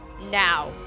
now